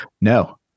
no